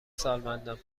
سالمندان